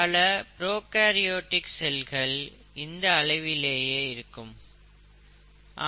பல புரோகேரியாட்டிக் செல்கள் இந்த அளவிலேயே இருக்கும்